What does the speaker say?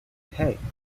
hey